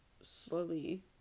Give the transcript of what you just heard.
slowly